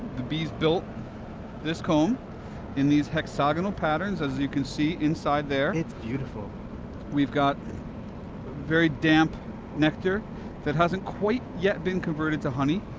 the bees built this comb in these hexagonal patterns, as you can see inside there it's beautiful we've got very damp nectar that hasn't quite yet been converted to honey,